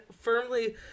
firmly